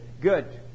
Good